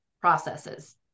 processes